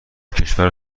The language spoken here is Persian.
کشور